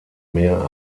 meer